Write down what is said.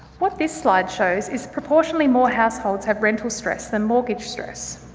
what this slide shows is proportionally more households have rental stress than mortgage stress.